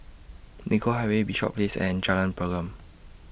Nicoll Highway Bishops Place and Jalan Pergam